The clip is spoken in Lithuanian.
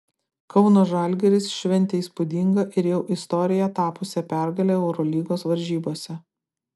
kauno žalgiris šventė įspūdingą ir jau istorija tapusią pergalę eurolygos varžybose